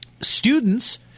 Students